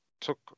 took